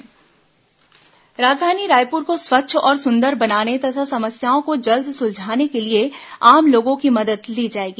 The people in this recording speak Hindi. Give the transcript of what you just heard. महापौर स्वच्छता हेल्प लाइन राजधानी रायपुर को स्वच्छ और सुंदर बनाने तथा समस्याओं को जल्द सुलझाने के लिए आम लोगों की मदद ली जाएगी